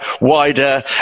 wider